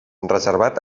reservat